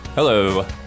Hello